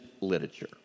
literature